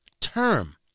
term